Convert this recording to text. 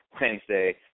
Wednesday